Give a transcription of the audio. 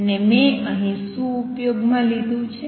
અને મે અહીં શું ઉપયોગમાં લીધું છે